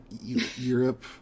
europe